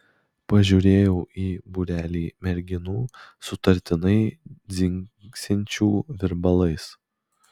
pažiūrėjau į būrelį merginų sutartinai dzingsinčių virbalais